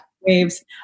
waves